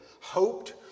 hoped